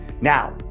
Now